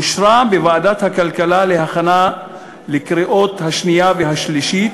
אושרה בוועדת הכלכלה להכנה לקריאות השנייה והשלישית